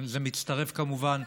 זה מצטרף, כמובן,